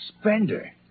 Spender